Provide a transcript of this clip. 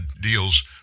deals